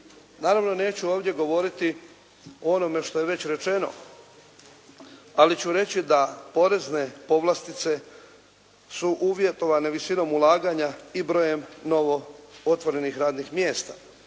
Naravno neću ovdje govoriti o onome što je već rečeno, ali ću reći da porezne povlastice su uvjetovane visinom ulaganja i brojem novootvorenih radnih mjesta,